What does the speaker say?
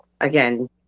again